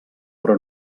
però